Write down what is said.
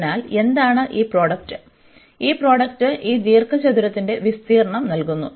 അതിനാൽ എന്താണ് ഈ പ്രോഡക്റ്റ് ഈ പ്രോഡക്റ്റ് ഈ ദീർഘചതുരത്തിന്റെ വിസ്തീർണ്ണം നൽകും